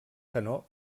canó